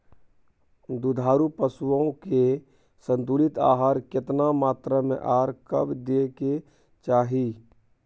दुधारू पशुओं के संतुलित आहार केतना मात्रा में आर कब दैय के चाही?